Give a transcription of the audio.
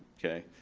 okay?